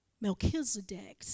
Melchizedek